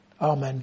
Amen